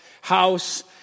house